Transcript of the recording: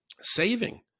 saving